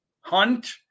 hunt